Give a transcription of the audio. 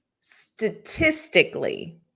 Statistically